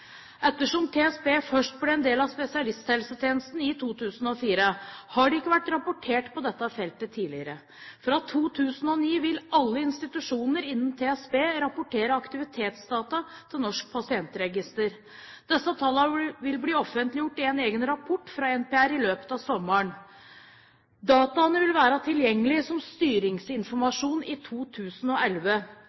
Ettersom TSB først ble en del av spesialisthelsetjenesten i 2004, har det ikke vært rapportert på dette feltet tidligere. Fra 2009 vil alle institusjoner innen TSB rapportere aktivitetsdata til Norsk pasientregister, NPR. Disse tallene vil bli offentliggjort i en egen rapport fra NPR i løpet av sommeren. Dataene vil være tilgjengelige som styringsinformasjon i 2011.